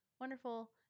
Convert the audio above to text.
wonderful